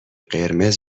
قرمز